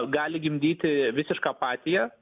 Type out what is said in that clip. gali gimdyti visišką apatiją